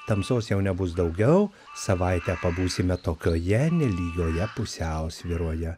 tamsos jau nebus daugiau savaitę pabūsime tokioje nelygioje pusiausvyroje